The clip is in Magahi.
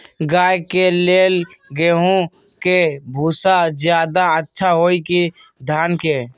गाय के ले गेंहू के भूसा ज्यादा अच्छा होई की धान के?